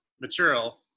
material